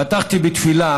פתחתי בתפילה